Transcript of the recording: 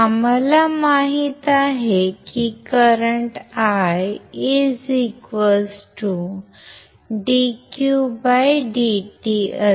आम्हाला माहित आहे की करंट I dqdt